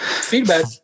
feedback